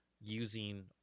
using